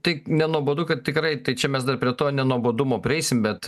tai nenuobodu kad tikrai tai čia mes dar prie to nenuobodumo prieisim bet